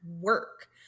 work